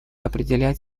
определять